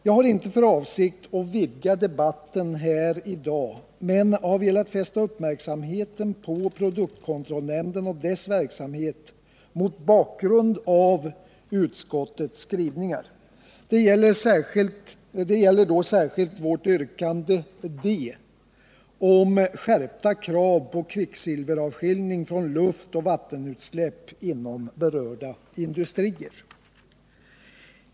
Jag har inte för avsikt att vidga debatten här i dag men har velat fästa uppmärksamheten på produktkontrollnämnden och dess verksamhet mot bakgrund av utskottets skrivningar. Det gäller då särskilt vårt yrkande om skärpta krav på kvicksilveravskiljning från luftoch vattenutsläpp inom berörda industrier.